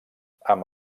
amb